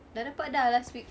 dah dapat dah last week